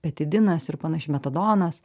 petidinas ir panašiai metadonas